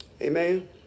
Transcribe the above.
Amen